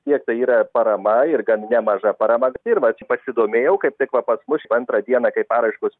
tiesa yra parama ir gan nemaža parama ir va čia pasidomėjau kaip tik va pas mus antrą dieną kai paraiškos